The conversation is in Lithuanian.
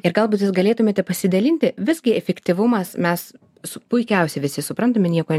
ir gal būt jūs galėtumėte pasidalinti visgi efektyvumas mes su puikiausiu visi suprantame nieko